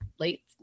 late